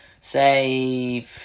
say